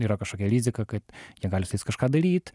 yra kažkokia rizika kad jie gali su jais kažką daryt